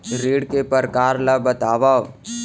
ऋण के परकार ल बतावव?